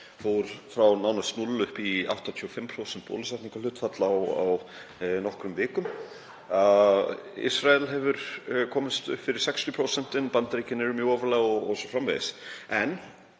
fór nánast úr 0% upp í 85% bólusetningarhlutfall á nokkrum vikum. Ísrael hefur komist upp fyrir 60%, Bandaríkin eru mjög ofarlega o.s.frv.